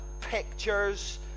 pictures